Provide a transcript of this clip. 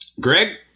Greg